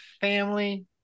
family